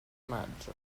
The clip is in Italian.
maggio